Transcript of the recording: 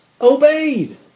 obeyed